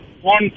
one